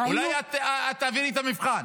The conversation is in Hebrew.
אולי את תעברי את המבחן.